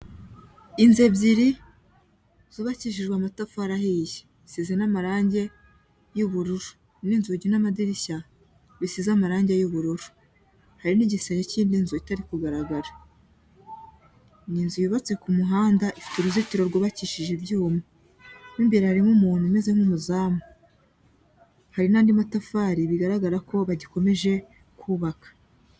Inzu ebyiri zubakishijwe amatafari ahiye, zisize n'amarange y'ubururu, hari n'inzugi n'amadirishya bishyize amarange y'ubururu, hari n'igisenge cy'indi nzu itari kugaragara. Ni inzu yubatse ku muhanda ifite uruzitiro rwubakishije ibyuma, mo imbere harimo umuntu umeze nk'umuzamu, hari n'andi matafari bigaragara ko bagikomeje kubaka.